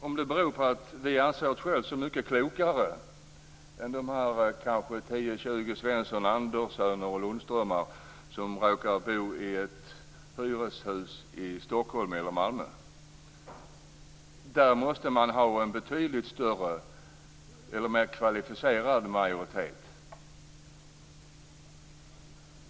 Det kanske beror på att vi anser oss själva så mycket klokare än de kanske 10-20 Svensson, Andersson och Lundström som råkar bo i ett hyreshus i Stockholm eller Malmö. Där måste man ha en betydligt mer kvalificerad majoritet.